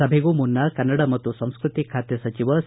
ಸಭೆಗೂ ಮುನ್ನ ಕನ್ನಡ ಮತ್ತು ಸಂಸ್ಕೃತಿ ಖಾತೆ ಸಚಿವ ಸಿ